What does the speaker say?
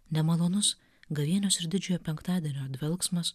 nemalonus gavėnios ir didžiojo penktadienio dvelksmas